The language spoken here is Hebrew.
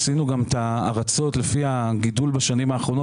עשינו גם את ההרצות לפי הגידול בשנים האחרונות